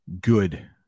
good